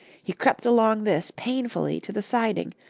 he crept along this painfully to the siding,